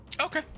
Okay